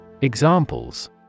Examples